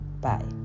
Bye